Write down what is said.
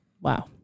Wow